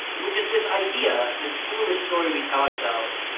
which is this idea, this foolish story we tell ourselves,